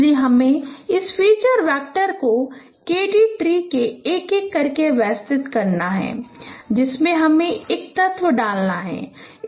इसलिए हमें इस फीचर वैक्टर को K D ट्री में एक एक करके व्यवस्थित करना है जिसमें हमें एक तत्व डालना है